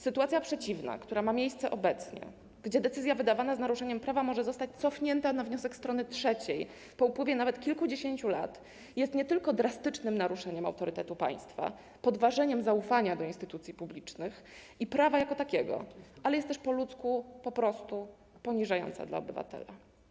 Sytuacja przeciwna, która ma miejsce obecnie, gdzie decyzja wydawana z naruszeniem prawa może zostać cofnięta na wniosek strony trzeciej, nawet po upływie kilkudziesięciu lat, jest nie tylko drastycznym naruszeniem autorytetu państwa, podważeniem zaufania do instytucji publicznych i prawa jako takiego, ale jest też po ludzku, po prostu poniżająca dla obywatela.